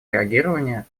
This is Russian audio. реагирования